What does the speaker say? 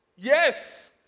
Yes